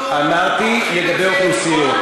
אנחנו הולכים לכל, אמרתי לגבי אוכלוסיות.